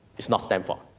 it's not stanford,